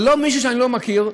אבל לא מישהו שאני לא מכיר,